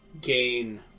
gain